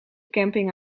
camping